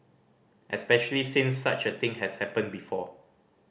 especially since such a thing has happened before